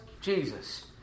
Jesus